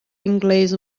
inglês